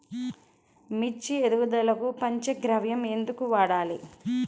మిర్చి ఎదుగుదలకు పంచ గవ్య ఎందుకు వాడాలి?